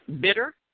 bitter